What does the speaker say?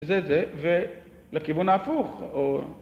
זה זה, ולכיוון ההפוך, או...